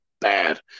bad